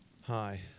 Hi